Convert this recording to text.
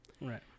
right